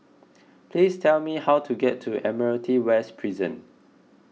please tell me how to get to Admiralty West Prison